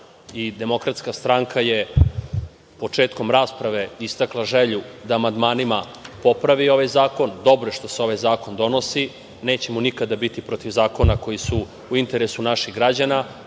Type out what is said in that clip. Demokratska stranka je početkom rasprave istakla želju da amandmanima popravi ovaj zakon. Dobro je što se ovaj zakon donosi. Nećemo nikada biti protiv zakona koji su u interesu naših građana,